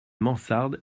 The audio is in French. mansarde